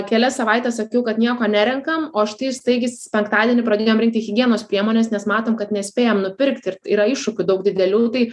kelias savaites sakiau kad nieko nerenkam o štai staigiais penktadienį pradėjom rinkti higienos priemones nes matom kad nespėjam nupirkti ir yra iššūkių daug didelių tai